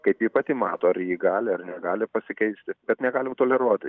kaip ji pati mato ar ji gali ar negali pasikeisti kad negalim toleruoti